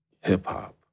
hip-hop